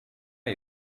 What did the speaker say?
are